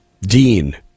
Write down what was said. Dean